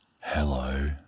hello